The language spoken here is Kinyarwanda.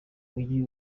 mujyi